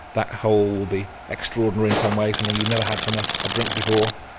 that whole will be extraordinary in some ways, something you've never had from a drink before,